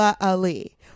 Ali